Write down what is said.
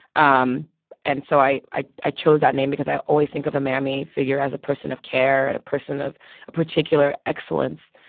um and so i i chose that name because i always think of a mammy figure as a person of care, and a person of particular excellence,